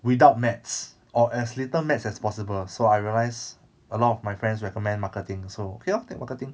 without maths or as little maths as possible so I realize a lot of my friends recommend marketing so okay lor take marketing